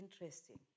interesting